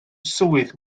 swydd